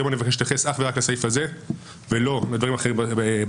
היום אני מבקש להתייחס אך ורק לסעיף הזה ולא לדברים אחרים ברפורמה.